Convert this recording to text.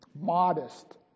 Modest